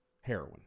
heroin